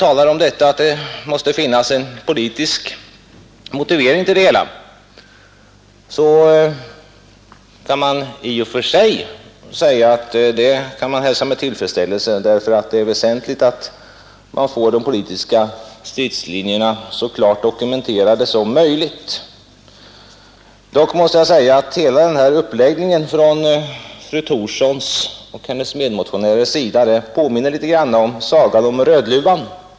Jag sade inledningsvis att det måste finnas en politisk motivering till förslaget. I och för sig kan man säga att detta kan hälsas med tillfredsställelse därför att det är väsentligt att man får de politiska stridslinjerna så klart dokumenterade som möjligt. Dock måste jag säga att hela den här uppläggningen från fru Thorssons och hennes medmotionärers sida påminner litet om sagan om Rödluvan.